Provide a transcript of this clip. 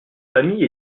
famille